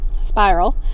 spiral